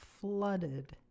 flooded